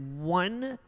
one